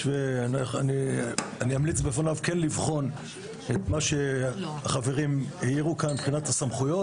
ואני אמליץ בפניו כן לבחון את מה שהחברים העירו כאן מבחינת הסמכויות.